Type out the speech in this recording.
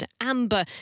amber